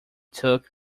took